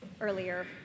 earlier